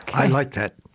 i like that.